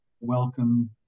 welcome